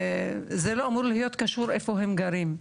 זה לא אמור להיות קשור איפה הם גרים,